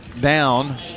down